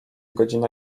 godzina